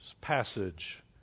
passage